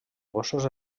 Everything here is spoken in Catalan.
gossos